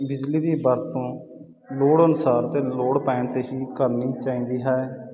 ਬਿਜਲੀ ਦੀ ਵਰਤੋਂ ਲੋੜ ਅਨੁਸਾਰ ਅਤੇ ਲੋੜ ਪੈਣ 'ਤੇ ਹੀ ਕਰਨੀ ਚਾਹੀਦੀ ਹੈ